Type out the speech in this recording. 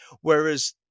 Whereas